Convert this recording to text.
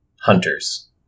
hunters